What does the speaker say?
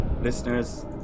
Listeners